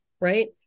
right